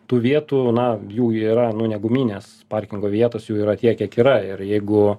tų vietų na jų yra nu ne guminės parkingo vietos jų yra tiek kiek yra ir jeigu